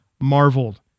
marveled